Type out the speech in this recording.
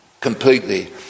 completely